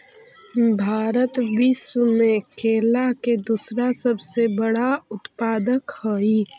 भारत विश्व में केला के दूसरा सबसे बड़ा उत्पादक हई